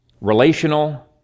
relational